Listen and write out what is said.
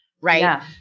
Right